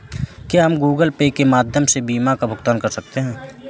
क्या हम Google Pay के माध्यम से बीमा का भुगतान कर सकते हैं?